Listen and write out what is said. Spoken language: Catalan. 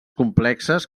complexes